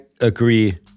agree